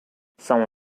some